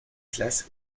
classe